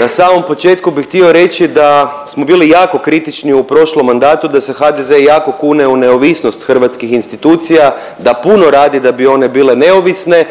Na samom početku bi htio reći da smo bili jako kritični u prošlom mandatu da se HDZ jako kune u neovisnost hrvatskih institucija, da puno radi da bi one bile neovisne,